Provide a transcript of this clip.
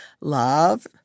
love